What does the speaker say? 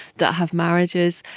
that have marriages,